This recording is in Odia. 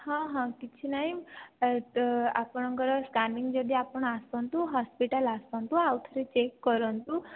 ହଁ ହଁ କିଛି ନାହିଁ ଆପଣଙ୍କର ସ୍କାନିଙ୍ଗ ଯଦି ଆପଣ ଆସନ୍ତୁ ହସ୍ପିଟାଲ ଆସନ୍ତୁ ଆଉ ଥରେ ଚେକ୍ କରନ୍ତୁ